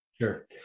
Sure